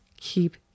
Keep